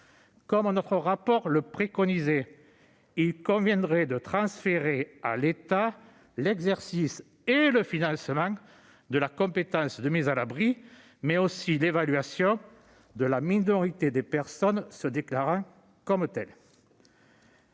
dans notre rapport, il conviendrait de transférer à l'État l'exercice et le financement de la compétence de mise à l'abri, mais aussi l'évaluation de la minorité des personnes se déclarant mineures.